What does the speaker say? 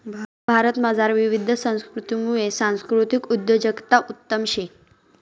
भारतमझार विविध संस्कृतीसमुये सांस्कृतिक उद्योजकता उत्तम शे